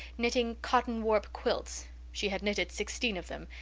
knitting cotton warp quilts she had knitted sixteen of them,